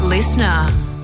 Listener